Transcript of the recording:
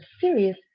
serious